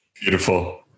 Beautiful